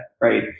Right